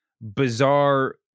bizarre